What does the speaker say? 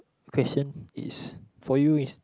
question is for you is